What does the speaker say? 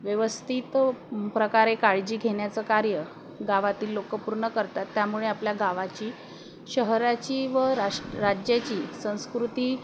व्यवस्थित प्रकारे काळजी घेण्याचं कार्य गावातील लोकं पूर्ण करतात त्यामुळे आपल्या गावाची शहराची व राश राज्याची संस्कृती